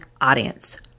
Audience